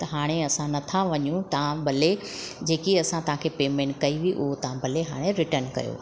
त हाणे असां नथा वञूं तव्हां भले जेकी असां तव्हांखे पैमेंट कई हुई उहो तव्हां भले हाणे रिटर्न कयो